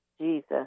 Jesus